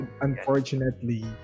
Unfortunately